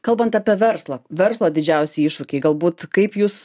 kalbant apie verslą verslo didžiausi iššūkiai galbūt kaip jūs